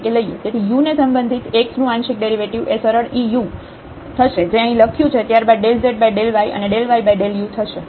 તેથી u ને સંબંધિત x નું આંશિક ડેરિવેટિવ એ સરળ eu થશે જે અહીં લખ્યું છે ત્યારબાદ zy અને yu થશે